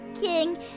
king